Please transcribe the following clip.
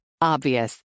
Obvious